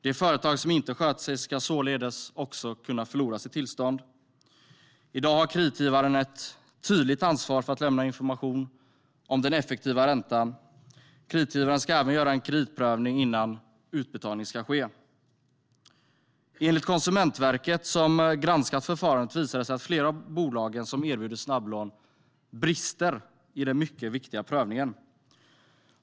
De företag som inte sköter sig ska således också kunna förlora sitt tillstånd. I dag har kreditgivaren ett tydligt ansvar för att lämna information om den effektiva räntan. Kreditgivaren ska även göra en kreditprövning innan utbetalning ska ske. Enligt Konsumentverket, som granskat förfarandet, visar det sig att flera av bolagen som erbjuder snabblån brister i den mycket viktiga prövningen.